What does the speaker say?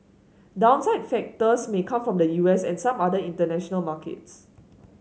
downside factors may come from the U S and some other international markets